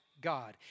God